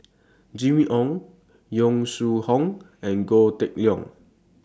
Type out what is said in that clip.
Jimmy Ong Yong Shu Hoong and Goh Kheng Long